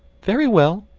very well,